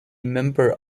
member